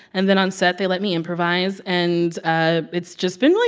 and then on set, they let me improvise. and ah it's just been, like,